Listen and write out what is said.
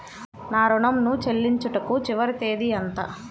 నా ఋణం ను చెల్లించుటకు చివరి తేదీ ఎంత?